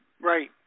Right